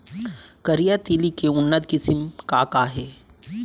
करिया तिलि के उन्नत किसिम का का हे?